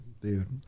dude